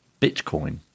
Bitcoin